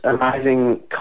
amazing